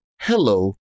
hello